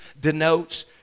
denotes